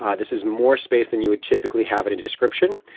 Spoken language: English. um this is more space than you would typically have in a description.